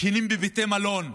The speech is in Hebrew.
מהצפון שישנים בבתי מלון,